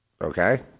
Okay